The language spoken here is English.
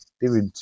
David